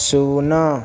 ଶୂନ